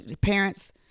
parents